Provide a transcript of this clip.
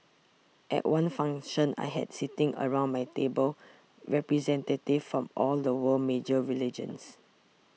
at one function I had sitting around my table representatives of all the world's major religions